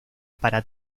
para